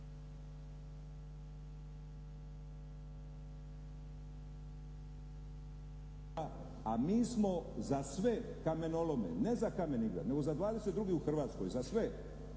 a mi smo za sve kamenolome, ne za Kamen Ingrad nego za dvadeset drugih u Hrvatskoj, za sve